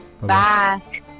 Bye